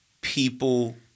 people